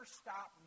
stop